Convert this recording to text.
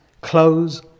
close